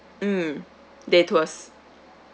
mm day tours